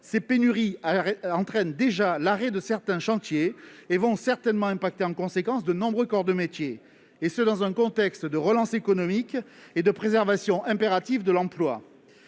Ces pénuries entraînent déjà l'arrêt de certains chantiers. Elles vont certainement affecter de nombreux corps de métiers en conséquence, dans un contexte de relance économique et de préservation impérative de l'emploi.